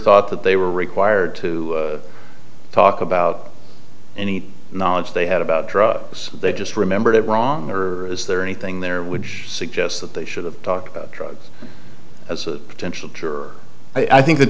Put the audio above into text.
thought that they were required to talk about any knowledge they had about drugs they just remembered it wrong or is there anything there which suggests that they should have talked about drugs as a potential juror i think the